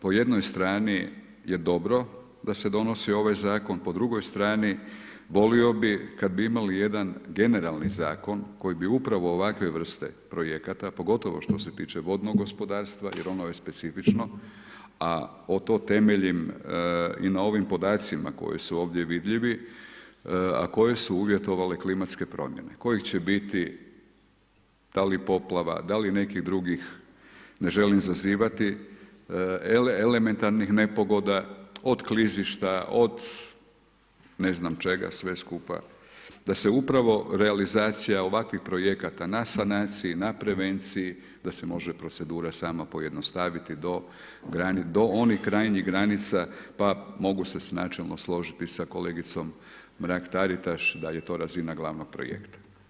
Po jednoj strani je dobro da se donosi ovaj zakon, po drugoj strani, volio bih kada bi imali jedan generalni zakon koji bi upravo ovakve vrste projekata, pogotovo što se tiče vodnog gospodarstva jer ono je specifično, a to temeljim i na ovim podacima koji su ovdje vidljivi, a koji su uvjetovale klimatske promjene, kojih će biti, da li poplava, da li nekih drugih, ne želim zazivati, elementarnih nepogoda, od klizišta, od ne znam čega sve skupa, da se upravo realizacija ovakvih projekata na sanaciji, na prevenciji, da se može procedura sama pojednostaviti do onih krajnjih granica, pa mogu se načelno složiti sa kolegicom Mrak Taritaš da je to razina glavnog projekta.